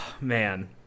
Man